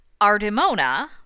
Ardemona